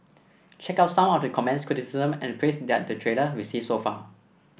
check out some of the comments criticism and praise that the trailer received so far